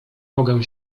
mogę